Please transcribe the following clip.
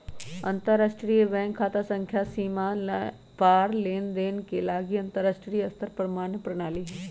अंतरराष्ट्रीय बैंक खता संख्या सीमा पार लेनदेन के लागी अंतरराष्ट्रीय स्तर पर मान्य प्रणाली हइ